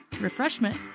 refreshment